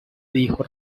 dijo